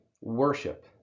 Worship